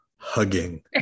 Hugging